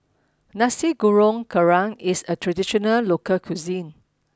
Nasi Goreng Kerang is a traditional local cuisine